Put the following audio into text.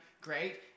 Great